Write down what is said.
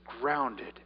grounded